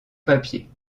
papier